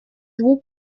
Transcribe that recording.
двух